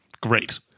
great